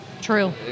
True